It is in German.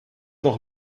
noch